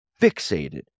fixated